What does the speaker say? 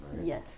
Yes